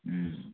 अँ